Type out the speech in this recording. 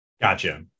Gotcha